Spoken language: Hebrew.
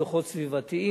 דוחות סביבתיים.